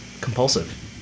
compulsive